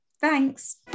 Thanks